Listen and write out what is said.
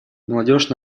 молодежь